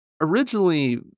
originally